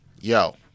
Yo